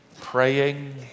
praying